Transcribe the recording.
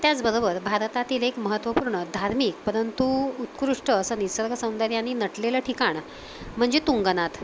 त्याचबरोबर भारतातील एक महत्त्वपूर्ण धार्मिक परंतु उत्कृष्ट असं निसर्गसौंदर्यानी नटलेलं ठिकाण म्हणजे तुंगनाथ